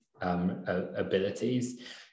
abilities